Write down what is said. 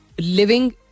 living